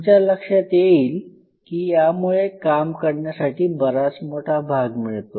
तुमच्या लक्षात येईल की यामुळे काम करण्यासाठी बराच मोठा भाग मिळतो